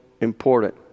important